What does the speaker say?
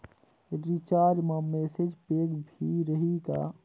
Recharge मा message pack भी रही का?